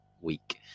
week